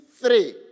three